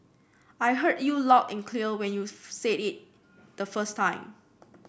I heard you loud and clear when you said it the first time